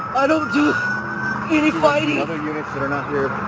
i don't do any fighting. other units that are not here.